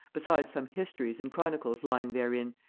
besides some histories and chronicles lying therein,